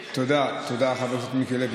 תודה, תודה, חבר הכנסת מיקי לוי.